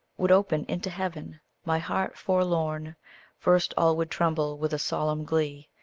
would open into heaven my heart forlorn first all would tremble with a solemn glee,